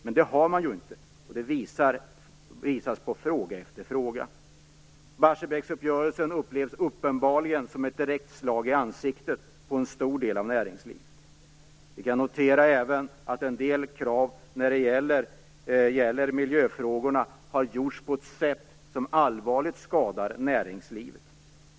Men det har man ju inte, och det visar sig i fråga efter fråga. Barsebäcksuppgörelsen upplevs uppenbarligen som ett direkt slag i ansiktet på en stor del av näringslivet. Vi kan notera att en del krav i miljöfrågorna har ställts på ett sätt som allvarligt skadar näringslivet.